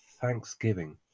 thanksgiving